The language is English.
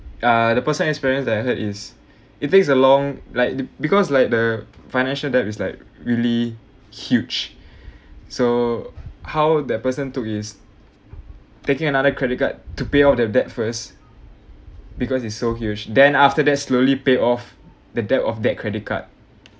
ah the personal experience that I heard is it takes a long like th~ because like the financial debt is like really huge so how that person took is taking another credit card to pay all that debt first because it's so huge then after that slowly pay off the debt of that credit card